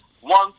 one